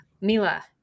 Mila